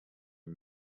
and